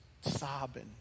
sobbing